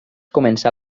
començar